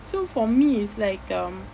so for me it's like um